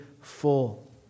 full